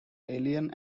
alien